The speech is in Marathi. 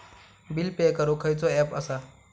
बिल पे करूक खैचो ऍप असा?